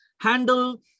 handle